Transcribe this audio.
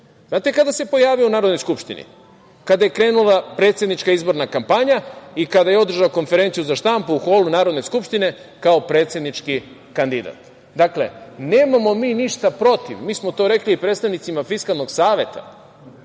znate kada se pojavio u Narodnoj skupštini? Kada je krenula predsednička izborna kampanja i kada je održao konferenciju za štampu u holu Narodne skupštine kao predsednički kandidat. Dakle, nemamo mi ništa protiv, mi smo to rekli i predstavnicima Fiskalnog saveta.